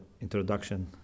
introduction